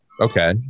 Okay